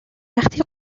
وقتی